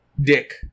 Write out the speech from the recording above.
Dick